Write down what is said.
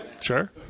Sure